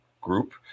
group